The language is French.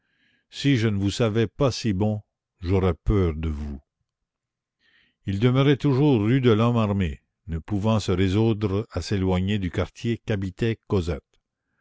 si je ne vous savais pas si bon j'aurais peur de vous il demeurait toujours rue de lhomme armé ne pouvant se résoudre à s'éloigner du quartier qu'habitait cosette